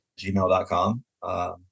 gmail.com